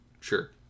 sure